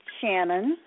Shannon